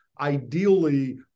ideally